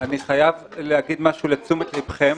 כי אני כן מקבלת את זה שגוף מקבל מידע,